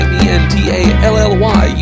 Mentally